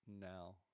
now